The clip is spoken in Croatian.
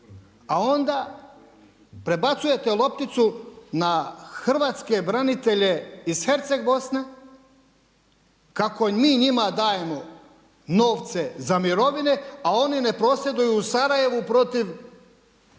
a onda prebacujete lopticu na hrvatske branitelje iz Herceg Bosne, kako mi njima dajemo novce za mirovine, a oni ne prosvjeduju u Sarajevu protiv